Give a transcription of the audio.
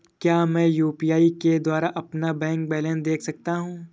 क्या मैं यू.पी.आई के द्वारा अपना बैंक बैलेंस देख सकता हूँ?